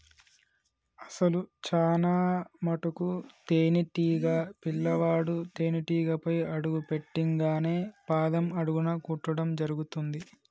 అసలు చానా మటుకు తేనీటీగ పిల్లవాడు తేనేటీగపై అడుగు పెట్టింగానే పాదం అడుగున కుట్టడం జరుగుతుంది